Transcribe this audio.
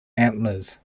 antlers